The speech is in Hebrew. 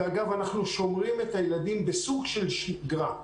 ואגב אנחנו שומרים את הילדים בסוג של שגרה.